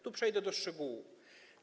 Tu przejdę do szczegółów.